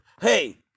hey